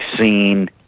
seen